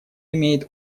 имеет